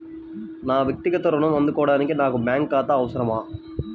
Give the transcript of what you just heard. నా వక్తిగత ఋణం అందుకోడానికి నాకు బ్యాంక్ ఖాతా అవసరమా?